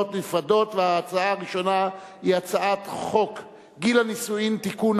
ההצעה הראשונה היא הצעת חוק גיל הנישואין (תיקון,